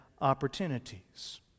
opportunities